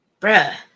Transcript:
bruh